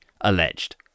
alleged